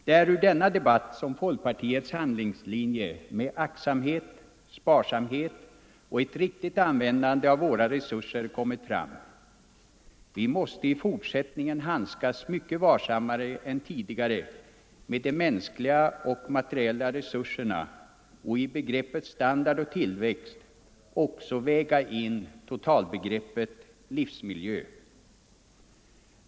Det är ur denna debatt som folkpartiets handlingslinje med aktsamhet, sparsamhet och ett riktigt användande av våra resurser kommit fram. Vi måste i fortsättningen handskas mycket varsammare än tidigare med de mänskliga och materiella resurserna och i begreppen standard och tillväxt också lägga in totalbegreppet livsmiljö.